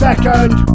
Second